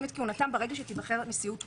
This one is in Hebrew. את כהונתם ברגע שתיבחר נשיאות קבועה.